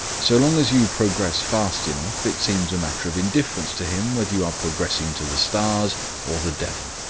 so long as you progress fast enough it seems a matter of indifference to him whether you are progressing to the stars or the devil.